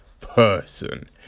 person